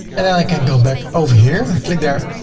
and then i can go back over here. i click there.